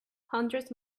hundreds